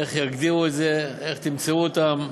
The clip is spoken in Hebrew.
איך יגדירו את זה, איך תמצאו אותם,